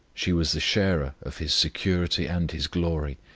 she was the sharer of his security and his glory.